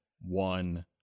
one